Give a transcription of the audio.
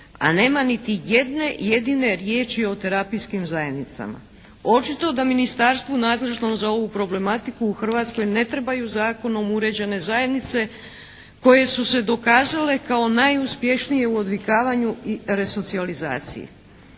a nema niti jedne jedine riječi o terapijskim zajednicama. Očito da Ministarstvu nadležnom za ovu problematiku u Hrvatskoj ne trebaju zakonom uređene zajednice koje su se dokazale kao najuspješnije u odvikavanju i resocijalizaciji.